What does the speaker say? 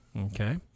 okay